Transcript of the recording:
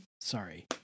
Sorry